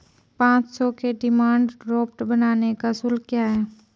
पाँच सौ के डिमांड ड्राफ्ट बनाने का शुल्क क्या है?